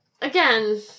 again